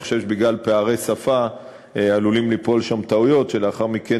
אני חושב שבגלל פערי שפה עלולות ליפול שם טעויות שלאחר מכן